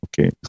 okay